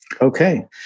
Okay